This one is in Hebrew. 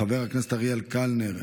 חבר הכנסת אריאל קלנר,